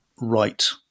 right